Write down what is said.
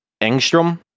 Engstrom